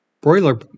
Broiler